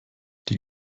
die